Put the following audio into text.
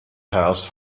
house